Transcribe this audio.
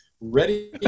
Ready